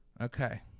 Okay